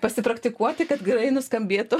pasipraktikuoti kad gerai nuskambėtų